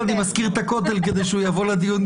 יושב-ראש הפורום של פרופסורים לחוסן מדיני וכלכלי,